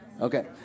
Okay